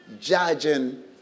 judging